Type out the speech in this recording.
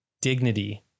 dignity